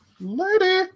Lady